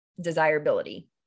desirability